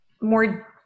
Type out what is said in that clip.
more